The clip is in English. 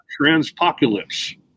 Transpocalypse